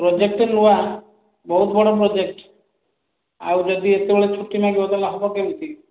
project ନୂଆଁ ବହୁତ ବଡ଼ ପ୍ରୋଜେକ୍ଟ ଆଉ ଯଦି ଏତେବେଳେ ଛୁଟି ମାଗିବ ତାହାଲେ ହେବ କେମିତି